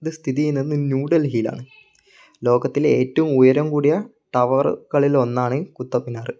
ഇത് സ്ഥിതിചെയ്യുന്നത് ന്യൂ ഡൽഹിയിലാണ് ലോകത്തിലെ ഏറ്റവും ഉയരം കൂടിയ ടവറുകളിൽ ഒന്നാണ് കുത്തബ്മിനാർ